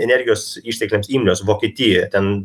energijos ištekliams imlios vokietija ten